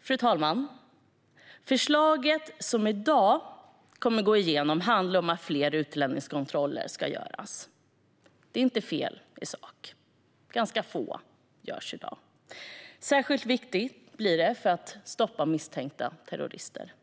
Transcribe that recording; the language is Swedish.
Fru talman! Förslaget som i dag kommer att gå igenom handlar om att fler utlänningskontroller ska göras. Det är inte fel i sak - ganska få görs i dag. Särskilt viktigt är det för att stoppa misstänkta terrorister.